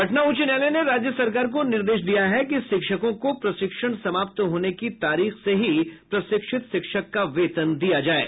पटना उच्च न्यायालय ने राज्य सरकार को निर्देश दिया है कि शिक्षकों को प्रशिक्षण समाप्त होने की तारीख से ही प्रशिक्षित शिक्षक का वेतन दें